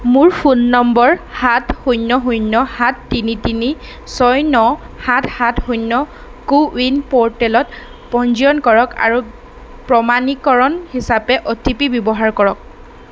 মোৰ phone number সাত শূন্য শূন্য সাত তিনি তিনি ছয় ন সাত সাত শূন্য কোৱিন প'ৰ্টেলত পঞ্জীয়ন কৰক আৰু প্ৰমাণীকৰণ হিচাপে অ' টি পি ব্যৱহাৰ কৰক